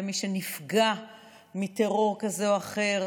למי שנפגע מטרור כזה או אחר,